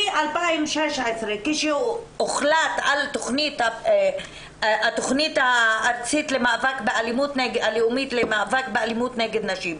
מ- 2016 כשהוחלט על התכנית הלאומית למאבק באלימות נגד נשים,